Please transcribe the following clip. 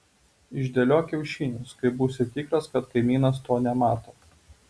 išdėliok kiaušinius kai būsi tikras kad kaimynas to nemato